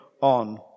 on